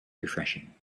refreshing